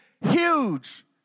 huge